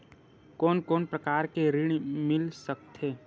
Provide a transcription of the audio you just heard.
कोन कोन प्रकार के ऋण मिल सकथे?